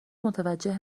متوجه